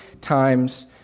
times